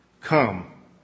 come